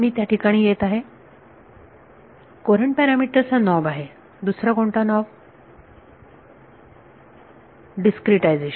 मी त्याठिकाणी येत आहे कुरंट पॅरामीटर्स हा नॉब आहे दुसरा कोणता नॉब डिस्क्रीटायझेशन